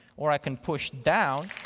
or i can push down